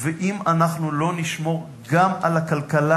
ואם אנחנו לא נשמור גם על הכלכלה,